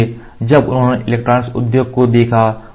इसलिए जब उन्होंने इलेक्ट्रॉनिक उद्योग को देखा